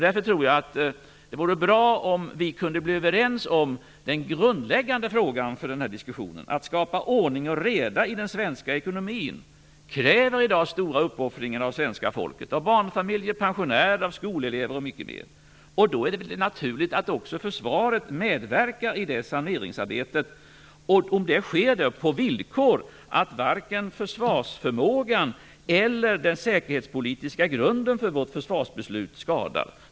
Därför tror jag att det vore bra om vi kunde bli överens om den grundläggande frågan i denna diskussion. Att skapa ordning och reda i den svenska ekonomin kräver i dag stora uppoffringar av svenska folket; av barnfamiljer, pensionärer, skolelever och många andra. Då är det väl också naturligt att försvaret medverkar i det saneringsarbetet om det sker på villkor att varken försvarsförmågan eller den säkerhetspolitiska grunden för vårt försvarsbeslut skadas.